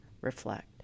reflect